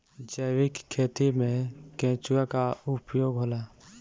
जैविक खेती मे केचुआ का उपयोग होला?